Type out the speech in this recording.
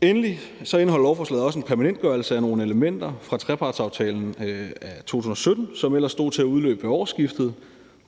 Endelig indeholder lovforslaget også en permanentgørelse af nogle elementer fra trepartsaftalen af 2017, som ellers stod til at udløbe ved årsskiftet.